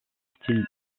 style